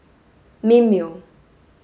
Mimeo